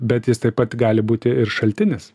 bet jis taip pat gali būti ir šaltinis